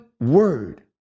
word